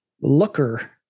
Looker